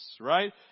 right